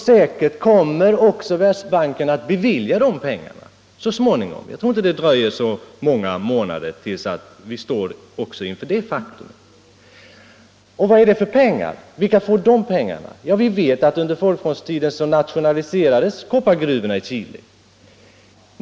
Säkert kommer Världsbanken så småningom att bevilja dessa pengar. Jag tror inte att det dröjer så många månader, innan vi står också inför detta faktum. Och vilka är det som får dessa pengar? Ja, vi vet att under folkfrontstiden nationaliserades koppargruvorna i Chile.